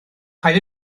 paid